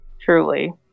Truly